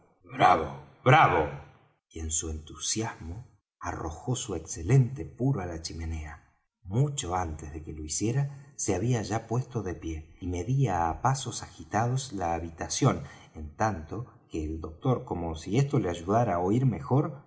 bravo bravo y en su entusiasmo arrojó su excelente puro á la chimenea mucho antes de que lo hiciera se había ya puesto de pie y medía á pasos agitados la habitación en tanto que el doctor como si esto le ayudara á oir mejor